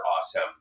awesome